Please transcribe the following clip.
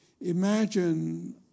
imagine